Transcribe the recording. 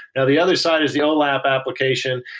now the other side is the olap application,